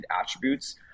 attributes